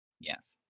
Yes